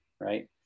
right